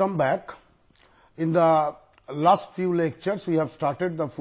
கடந்த சில விரிவுரைகளில் நாம்